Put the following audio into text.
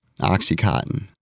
Oxycontin